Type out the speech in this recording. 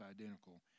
identical